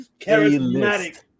Charismatic